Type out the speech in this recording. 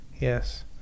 yes